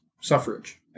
suffrage